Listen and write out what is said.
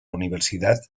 universidad